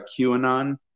QAnon